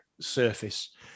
Surface